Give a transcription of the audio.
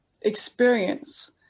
experience